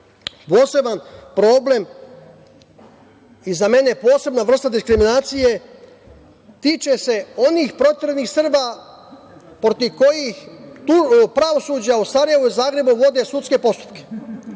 problem, i za mene posebna vrsta diskriminacije, tiče se onih proteranih Srba protiv kojih pravosuđa u Sarajevu i Zagrebu vode sudske postupke.